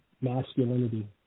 masculinity